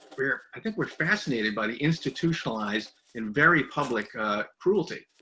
we're, i think we're fascinated by the institutionalized in very public cruelty.